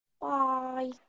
Bye